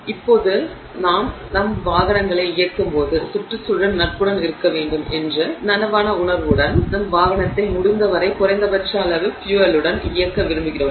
இப்போது நாங்கள் எங்கள் வாகனங்களை இயக்கும்போது சுற்றுச்சூழல் நட்புடன் இருக்க வேண்டும் என்ற நனவான உணர்வுடன் எங்கள் வாகனத்தை முடிந்தவரை குறைந்தபட்ச அளவு ஃபியூயலுடன் இயக்க விரும்புகிறோம்